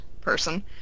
person